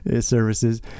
services